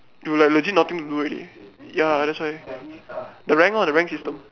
you like legit nothing to do already ya that's why the rank what the rank system